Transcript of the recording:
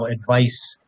advice